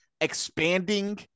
expanding